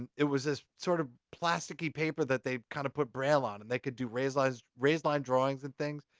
and it was this sort of plasticky paper that they kind of put braille on. and they could do raised lines, raised line drawings and things.